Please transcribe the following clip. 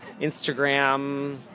Instagram